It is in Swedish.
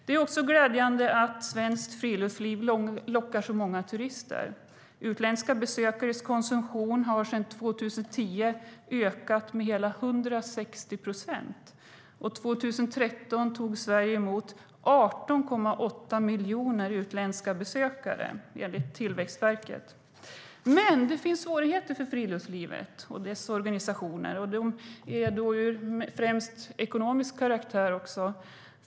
Det är också glädjande att svenskt friluftsliv lockar så många turister. Utländska besökares konsumtion har sedan 2010 ökat med hela 160 procent. År 2013 tog Sverige emot 18,8 miljoner utländska besökare, enligt Tillväxtverket. Men det finns svårigheter för friluftslivet och dess organisationer. De är främst av ekonomisk karaktär.